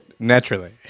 Naturally